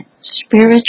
spiritual